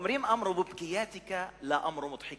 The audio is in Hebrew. אומרים: הטוב